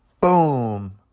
boom